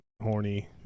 horny